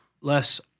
less